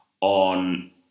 on